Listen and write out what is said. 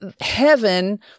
heaven